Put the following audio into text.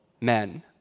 men